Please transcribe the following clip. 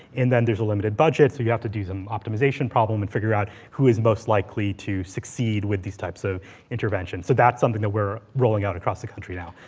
and then there's a limited budget. so you have to do some optimization problem and figure out, who is most likely to succeed with these types of interventions. so that's something that we're rolling out across the country now.